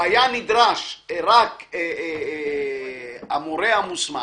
והיה נדרש רק המורה המוסמך,